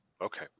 Okay